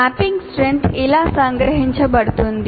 mapping strength ఇలా సంగ్రహించబడుతుంది